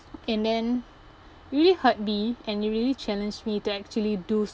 and then really hurt me and it really challenged me to actually do